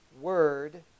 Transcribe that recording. Word